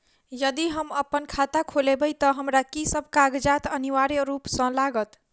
यदि हम अप्पन खाता खोलेबै तऽ हमरा की सब कागजात अनिवार्य रूप सँ लागत?